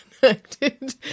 connected